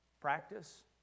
Practice